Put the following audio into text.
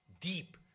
deep